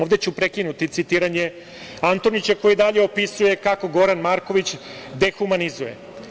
Ovde ću prekinuti citiranje Antonića koji dalje opisuje kako Goran Marković dehumanizuje.